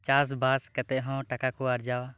ᱪᱟᱥ ᱵᱟᱥ ᱠᱟᱛᱮᱫ ᱦᱚᱸ ᱴᱟᱠᱟ ᱠᱚ ᱟᱨᱡᱟᱣᱟ